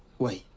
wait.